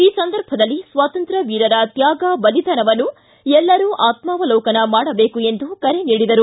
ಈ ಸಂದರ್ಭದಲ್ಲಿ ಸ್ವಾತಂತ್ರ್ಯ ವೀರರ ತ್ಯಾಗ ಬಲಿದಾನವನ್ನು ಎಲ್ಲರೂ ಆತ್ನಾವಲೋಕನ ಮಾಡಬೇಕು ಎಂದು ಕರೆ ನೀಡಿದರು